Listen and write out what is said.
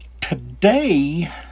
Today